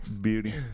beauty